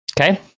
Okay